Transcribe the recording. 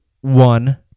one